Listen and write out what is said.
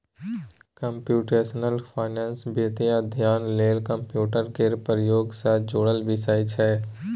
computational finance वित्तीय अध्ययन लेल कंप्यूटर केर प्रयोग सँ जुड़ल विषय छै